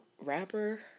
rapper